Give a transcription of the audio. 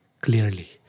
clearly